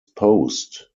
post